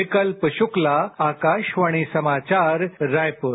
विकल्प श्क्ला आकाशवाणी समाचार रायपुर